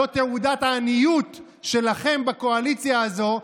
זו תעודת עניות שלכם בקואליציה הזאת,